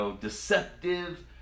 deceptive